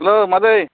hello मादै